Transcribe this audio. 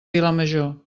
vilamajor